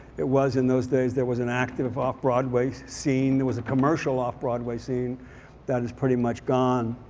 it was in those days. there was an active off broadway scene. there was a commercial off broadway scene that is pretty much gone.